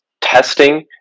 testing